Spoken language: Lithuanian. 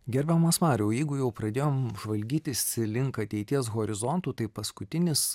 gerbiamas mariau jeigu jau pradėjom žvalgytis link ateities horizontų tai paskutinis